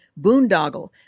boondoggle